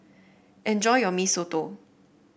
enjoy your Mee Soto